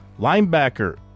linebacker